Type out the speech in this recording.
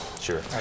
Sure